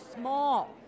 small